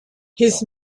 his